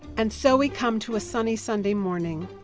and so we come to a sunny sunday morning,